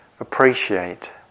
appreciate